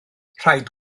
rhaid